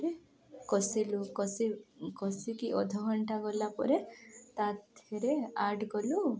କଷିଲୁ କଷି କଷିକି ଅଧଘଣ୍ଟା ଗଲା ପରେ ତା ଥେରେ ଆଡ଼୍ କଲୁ